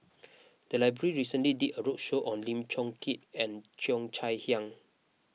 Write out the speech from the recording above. the library recently did a roadshow on Lim Chong Keat and Cheo Chai Hiang